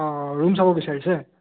অঁ ৰুম চাব বিচাৰিছে